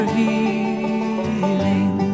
healing